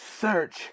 search